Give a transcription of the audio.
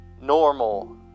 normal